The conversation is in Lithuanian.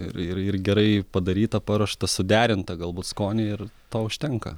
ir ir ir gerai padaryta paruošta suderinta galbūt skoniai ir to užtenka